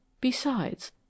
Besides